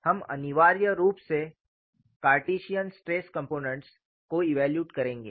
हम अनिवार्य रूप से कार्टिसिअन स्ट्रेस कॉम्पोनेंट्स को इव्यालूएट करेंगे